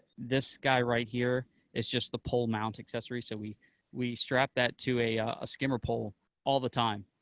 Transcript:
this guy right here is just the pole mount accessory, so we we strap that to a skimmer pole all the time,